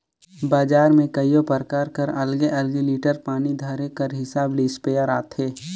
बजार में कइयो परकार कर अलगे अलगे लीटर पानी धरे कर हिसाब ले इस्पेयर आथे